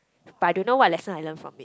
but I don't know what lesson I learn from it